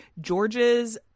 george's